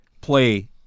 play